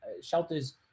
shelters